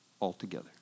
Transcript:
altogether